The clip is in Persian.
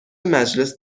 مجلس